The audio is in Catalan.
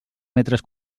metres